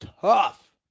tough